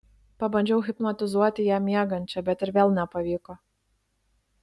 pabandžiau hipnotizuoti ją miegančią bet ir vėl nepavyko